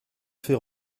fait